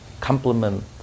compliment